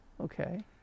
okay